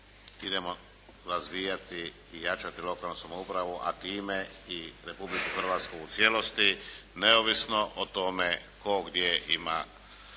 idemo razvijati i jačati lokalnu samoupravu, a time i Republiku Hrvatsku u cijelosti neovisno o tome tko gdje ima